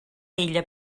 illa